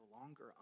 longer